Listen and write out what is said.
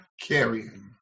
carrying